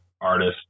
artist